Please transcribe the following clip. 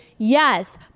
Yes